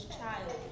child